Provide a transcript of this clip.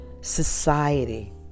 society